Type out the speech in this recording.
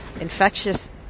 infectious